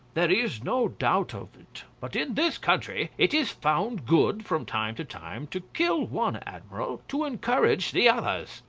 there is no doubt of it but in this country it is found good, from time to time, to kill one admiral to encourage the others.